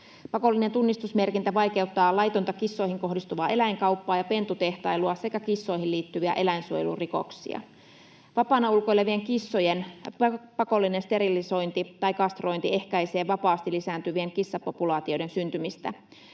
Pakollinen tunnistusmerkintä vaikeuttaa laitonta kissoihin kohdistuvaa eläinkauppaa ja pentutehtailua sekä kissoihin liittyviä eläinsuojelurikoksia. Vapaana ulkoilevien kissojen pakollinen sterilisointi tai kastrointi ehkäisee vapaasti lisääntyvien kissapopulaatioiden syntymistä.